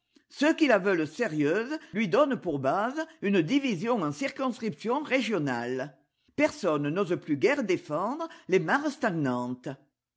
ceux qui la veulent sérieuse lui donnent pour base une division en circonscriptions régionales personne n'ose plus guère défendre les mares